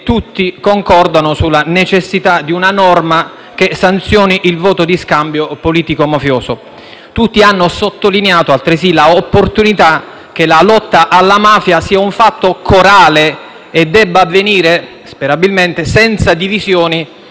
Tutti concordano sulla necessità di una norma che sanzioni il voto di scambio politico-mafioso; tutti hanno sottolineato altresì l'opportunità che la lotta alla mafia sia un fatto corale e debba avvenire, sperabilmente, senza divisioni